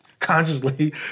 Consciously